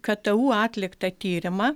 ktu atliktą tyrimą